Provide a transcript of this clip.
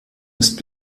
ist